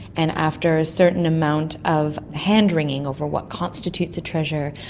and after a certain amount of handwringing over what constitutes a treasure,